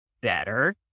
better